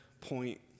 point